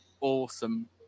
awesome